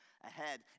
ahead